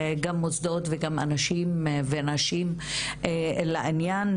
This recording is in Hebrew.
גם מוסדות וגם אנשים ונשים אל העניין,